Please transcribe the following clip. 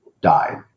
died